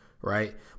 right